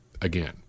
Again